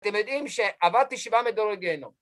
אתם יודעים שעברתי שבעה מדורי גהינום